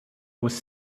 was